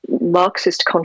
Marxist